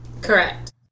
Correct